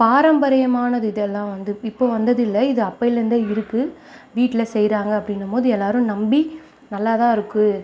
பாரம்பரியமானது இதெல்லாம் வந்து இப்போ வந்தது இல்லை இது அப்போலேந்தே இருக்குது வீட்டில் செய்கிறாங்க அப்படிங்கும்போது எல்லோரும் நம்பி நல்லாதாருக்குது